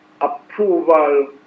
approval